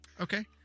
Okay